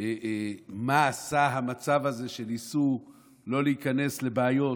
עשה המצב הזה שניסו לא להיכנס לבעיות,